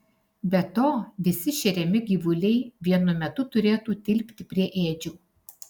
be to visi šeriami gyvuliai vienu metu turėtų tilpti prie ėdžių